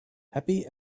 happy